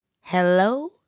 Hello